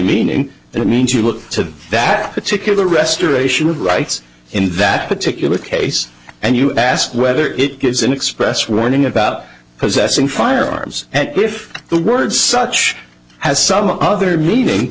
meaning that means you look to that particular restoration of rights in that particular case and you ask whether it gives an express warning about possessing firearms and if the words such as some other meaning